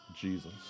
Jesus